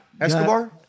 Escobar